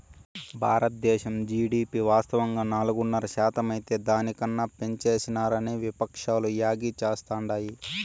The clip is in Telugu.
బారద్దేశం జీడీపి వాస్తవంగా నాలుగున్నర శాతమైతే దాని కన్నా పెంచేసినారని విపక్షాలు యాగీ చేస్తాండాయి